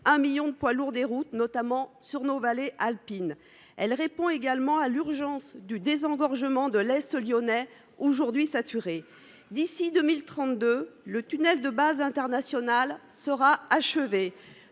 un million de poids lourds des routes, notamment dans les vallées alpines. Elle répond également à l’urgence du désengorgement de l’Est lyonnais, aujourd’hui saturé. D’ici à 2032, le tunnel de base international sera achevé.